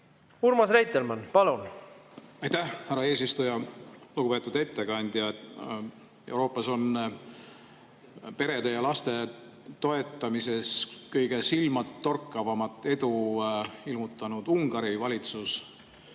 oli selliseid välgatusi? Aitäh, härra eesistuja! Lugupeetud ettekandja! Euroopas on perede ja laste toetamises kõige silmatorkavamat edu ilmutanud Ungari valitsus.